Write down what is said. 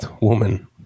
woman